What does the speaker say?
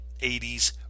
80s